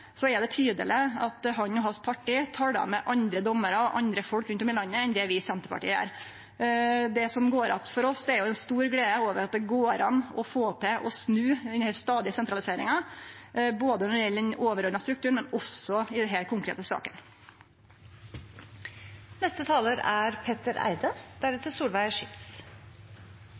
er det tydeleg at han og partiet hans talar med andre dommarar og andre folk rundt om i landet enn det vi i Senterpartiet gjer. Det som går att overfor oss, er ei stor glede over at det går an å få til å snu den stadige sentraliseringa, både når det gjeld den overordna strukturen, og når det gjeld denne konkrete